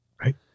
Right